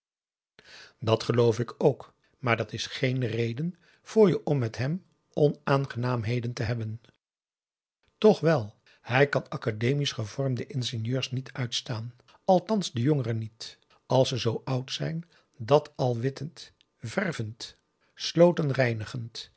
dat geloof ik ook maar dat is geen reden voor je om met hem onaangenaamheden te hebben toch wel hij kan academisch gevormde ingenieurs niet uitstaan althans de jongere niet als ze zoo oud zijn dat al